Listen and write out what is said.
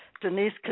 Denise